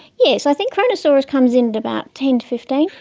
yes, i think kronosaurus comes in at about ten to fifteen.